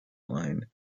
line